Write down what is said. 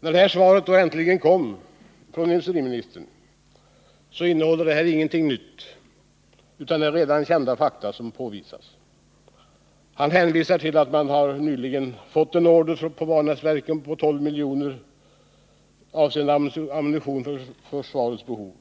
När detta svar då äntligen kom från industriministern visade det sig att det inte innehöll något nytt — det är redan kända fakta som redovisas. Industriministern hänvisar bl.a. till att Vanäsverken nyligen har fått en order på 12 milj.kr. avseende ammunition för försvarets behov.